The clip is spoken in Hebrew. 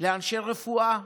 לאנשי רפואה,